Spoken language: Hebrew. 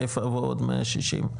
מאיפה יבואו עוד 160?